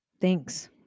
thanks